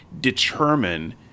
determine